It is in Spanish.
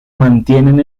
mantienen